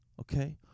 okay